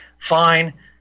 fine